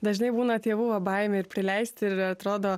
dažnai būna tėvų baimė ir prileisti ir atrodo